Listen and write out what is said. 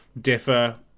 differ